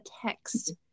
text